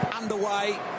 underway